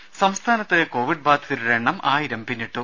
രും സംസ്ഥാനത്ത് കോവിഡ് ബാധിതരുടെ എണ്ണം ആയിരം പിന്നിട്ടു